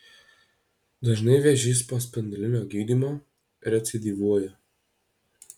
dažnai vėžys po spindulinio gydymo recidyvuoja